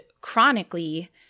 chronically